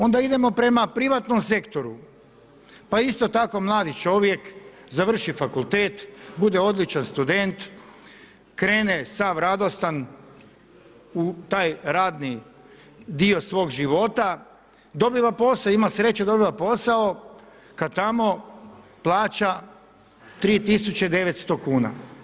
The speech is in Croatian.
Onda idemo prema privatnom sektoru, pa isto tako mladi čovjek završi fakultet, bude odličan student, krene sav radostan u taj radni dio svog života, dobiva posao, ima sreće dobiva posao, kad tamo plaća 3900 kn.